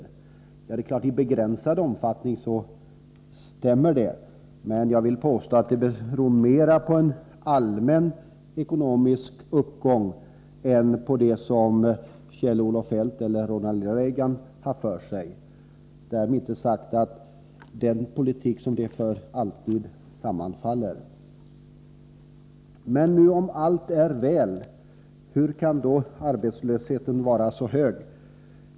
Det är klart att i begränsad omfattning stämmer detta, men jag vill påstå att det mera beror på en allmän ekonomisk uppgång än på det som Kjell-Olof Feldt eller Ronald Reagan har för sig — därmed inte sagt att den politik som de för alltid sammanfaller. Men om nu allt är väl — hur kan då arbetslösheten vara så hög?